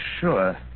sure